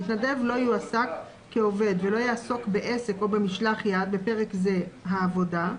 מתנדב לא יועסק כעובד ולא יעסוק בעסק או במשלח יד (בפרק זה העבודה),